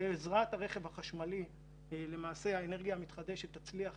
בעזרת הרכב החשמלי האנרגיה המתחדשת תצליח